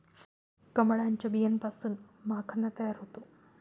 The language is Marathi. कमळाच्या बियांपासून माखणा तयार होतो